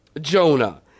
Jonah